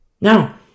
Now